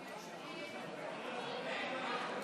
ניתקו לי את העמדה.